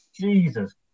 Jesus